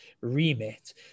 remit